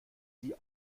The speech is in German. sie